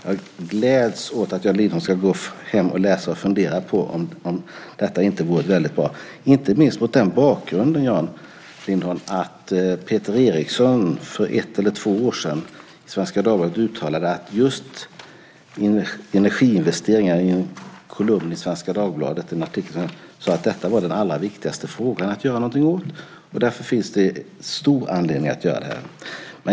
Jag gläds åt att Jan Lindholm ska gå hem och läsa och fundera på om detta inte vore väldigt bra, inte minst mot bakgrund av att Peter Eriksson för ett eller två år sedan i Svenska Dagbladet uttalade att just energiinvesteringar är den allra viktigaste frågan att göra någonting åt. Därför finns det stor anledning att göra detta.